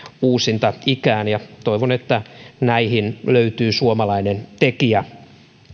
uusintaikään ja toivon että näihin löytyy suomalainen tekijä